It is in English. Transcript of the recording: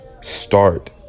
start